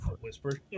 Whisper